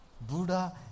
Buddha